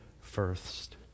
first